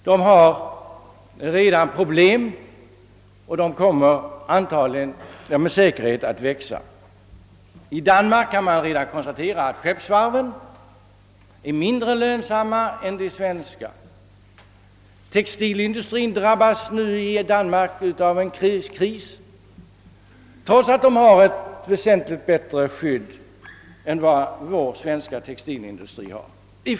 Grannländerna har problem, och de kommer med säkerhet att växa. I Danmark kan man redan konstatera att skeppsvarven är mindre lönsamma än i Sverige. Textilindustrin i Danmark drabbas nu av en fredskris, trots att den har väsentligt bättre skydd än vår svenska textilindustri har.